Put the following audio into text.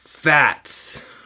Fats